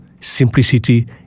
simplicity